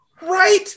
Right